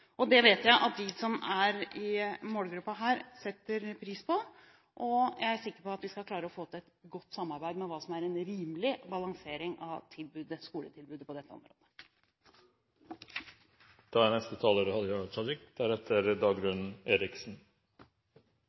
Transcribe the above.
Det vet jeg at de som er i målgruppen, setter pris på, og jeg er sikker på at vi skal klare å få til et godt samarbeid om hva som er en rimelig balansering av skoletilbudet på dette